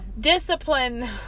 discipline